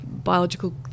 biological